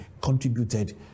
contributed